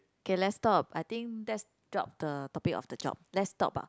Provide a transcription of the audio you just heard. K let's stop I think let's drop the topic of the job let's talk about